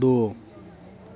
दो